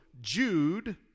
Jude